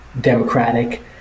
democratic